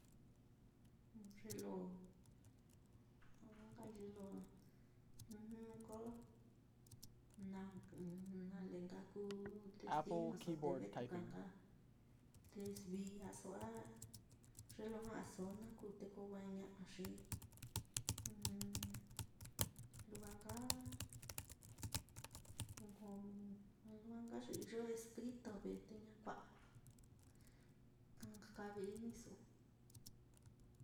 Ye lo ja'a nkai ye lo ko na ɨ́ɨ́n nale nka kuu destinoso, te vetuka nka desviaso a ye lo ja'aso naá kuu te ko wa ña'a, xi lujua nka lujua nka ye iyo escrito ve, ta ña kua'a ka nka kavi-ini su'u.